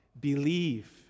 believe